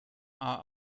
are